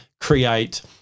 create